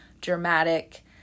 dramatic